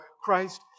Christ